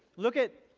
look at,